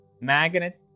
magnet